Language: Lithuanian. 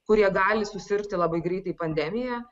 kurie gali susirgti labai greitai pandemija